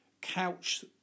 couch